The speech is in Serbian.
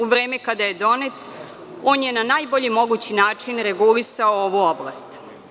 U vreme kada je donet, on je na najbolji mogući način regulisao ovu oblast.